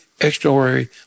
extraordinary